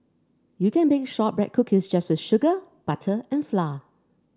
you can bake shortbread cookies just with sugar butter and flour